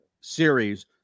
series